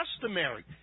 customary